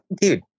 Dude